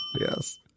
Yes